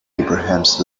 abrahams